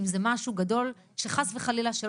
אם זה משהו גדול שחס וחלילה,